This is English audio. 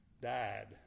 died